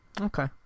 Okay